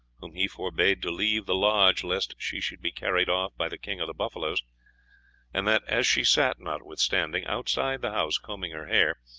whom he forbade to leave the lodge lest she should be carried off by the king of the buffaloes and that as she sat, notwithstanding, outside the house combing her hair,